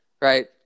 right